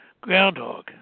groundhog